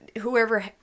whoever